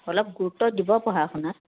অলপ গুৰুত্ব দিব পঢ়া শুনাত